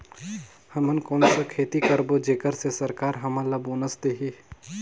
हमन कौन का खेती करबो जेकर से सरकार हमन ला बोनस देही?